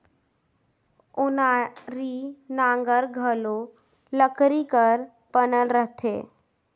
ओनारी नांगर घलो लकरी कर बनल रहथे